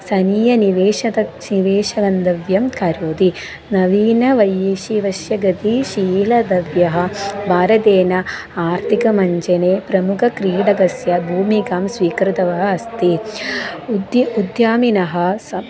सनीयनिवेशतः निवेशः गन्तव्यः करोति नवीनवैश्यस्य गतशीलद्रव्यः भारतेन आर्थिकमज्जने प्रमुखक्रीडकस्य भूमिकां स्वीकृतवान् अस्ति उद्यमः उद्यमिनः सं